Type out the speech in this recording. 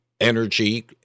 energy